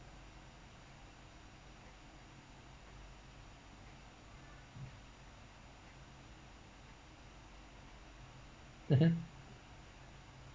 mmhmm